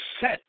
set